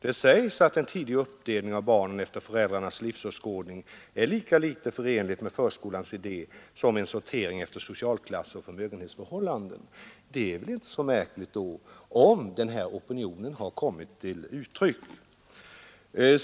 Det sägs att en tidig uppdelning av barnen efter föräldrarnas livsåskådning är lika litet förenlig med förskolans idé som en sortering efter socialklasser och förmögenhetsförhållanden. Då är det väl inte så märkligt om den här opinionen har kommit till uttryck.